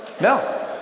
No